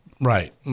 Right